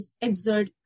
exert